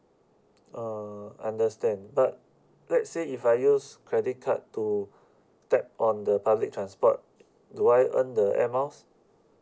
uh understand but let's say if I use credit card to tap on the public transport do I earn the air miles